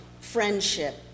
friendship